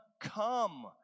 come